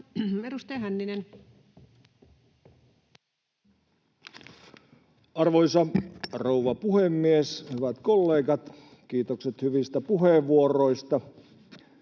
17:37 Content: Arvoisa rouva puhemies! Hyvät kollegat! Kiitokset hyvistä puheenvuoroista.